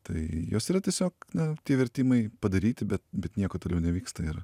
tai jos yra tiesiog na tie vertimai padaryti bet bet nieko toliau nevyksta ir